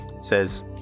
Says